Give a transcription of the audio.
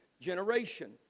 generation